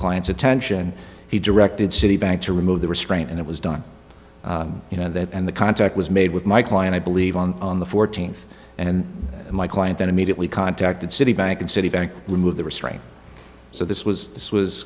client's attention he directed citibank to remove the restraint and it was done you know that and the contact was made with my client i believe on the fourteenth and my client then immediately contacted citibank and citibank remove the restraint so this was this was